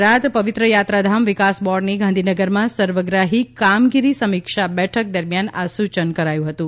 ગુજરાત પવિત્ર યાત્રાધામ વિકાસ બોર્ડની ગાંધીનગરમાં સર્વગ્રાહી કામગીરી સમીક્ષા બેઠક દરમ્યાન આ સૂચન કર્યું હતું